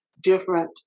different